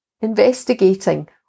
investigating